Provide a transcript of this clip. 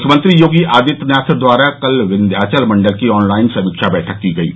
मुख्यमंत्री योगी आदित्यनाथ द्वारा कल विँध्याचल मंडल की ऑनलाइन समीक्षा बैठक की गयी